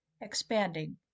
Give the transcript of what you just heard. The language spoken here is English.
expanding